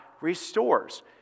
restores